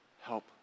Help